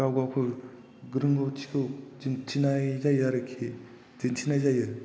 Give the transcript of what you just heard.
गाव गावखनि रोंगौथिखौ दिन्थिनाय जायो आरोखि